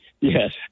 Yes